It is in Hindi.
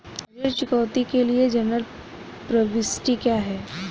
ऋण चुकौती के लिए जनरल प्रविष्टि क्या है?